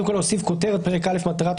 קודם כל נוסיף כותרת: "פרק א': מטרה,